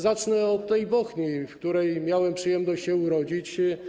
Zacznę od tej Bochni, w której miałem przyjemność się urodzić.